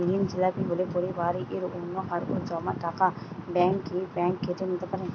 ঋণখেলাপি হলে পরিবারের অন্যকারো জমা টাকা ব্যাঙ্ক কি ব্যাঙ্ক কেটে নিতে পারে?